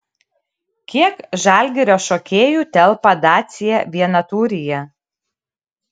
kiek žalgirio šokėjų telpa dacia vienatūryje